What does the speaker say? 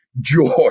joy